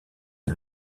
est